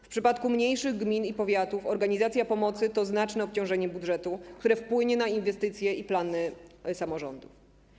W przypadku mniejszych gmin i powiatów organizacja pomocy to znaczne obciążenie budżetu, które wpłynie na inwestycje i plany samorządów.